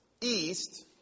east